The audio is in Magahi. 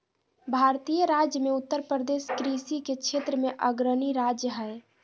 भारतीय राज्य मे उत्तरप्रदेश कृषि के क्षेत्र मे अग्रणी राज्य हय